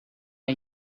are